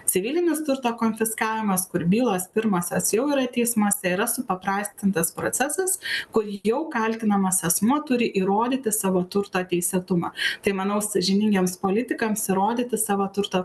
civilinis turto konfiskavimas kur bylos pirmosios jau yra teismuose yra supaprastintas procesas kur jau kaltinamas asmuo turi įrodyti savo turto teisėtumą tai manau sąžiningiems politikams įrodyti savo turto